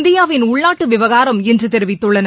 இந்தியாவின் உள்நாட்டு விவகாரம் என்று தெரிவித்துள்ளன